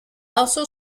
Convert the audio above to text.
also